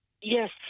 Yes